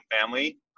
family